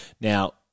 Now